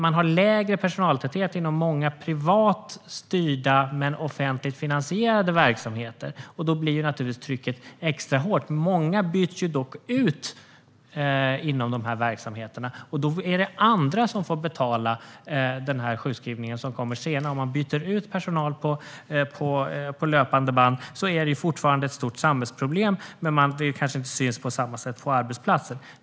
Man har lägre personaltäthet i privat styrda men offentligt finansierade verksamheter. Då blir naturligtvis trycket extra hårt. Många inom dessa verksamheter byts dock ut, och då är det andra som får betala den sjukskrivning som kommer. Om man byter ut personal på löpande band är det fortfarande ett stort samhällsproblem, men det kanske inte syns på samma sätt på arbetsplatsen.